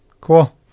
cool